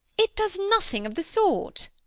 it does nothing of the sort.